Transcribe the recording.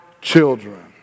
children